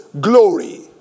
glory